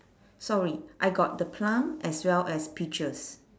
sorry I got the plum as well as peaches